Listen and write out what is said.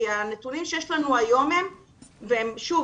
לפי הנתונים שיש לנו היום שוב,